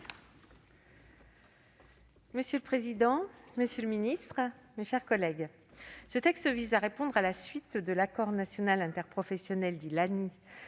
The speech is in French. Monsieur le président, monsieur le secrétaire d'État, mes chers collègues, ce texte vise à répondre, à la suite de l'accord national interprofessionnel du